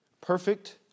perfect